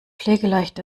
pflegeleicht